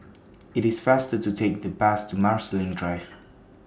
IT IS faster to Take The Bus to Marsiling Drive